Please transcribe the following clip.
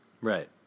Right